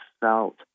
felt